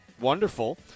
wonderful